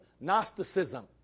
Gnosticism